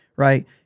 Right